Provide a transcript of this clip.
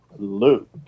Luke